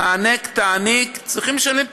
הענק תעניק, צריכים לשלם פיצויים.